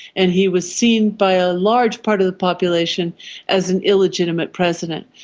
and he was seen by a large part of the population as an illegitimate president.